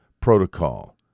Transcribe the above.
protocol